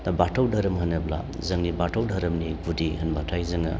दा बाथौ धोरोम होनोब्ला जोंनि बाथौ धोरोमनि गुदि होनब्लाथाय जोङो